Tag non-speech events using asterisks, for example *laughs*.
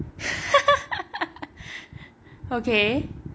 *laughs* okay